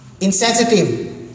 insensitive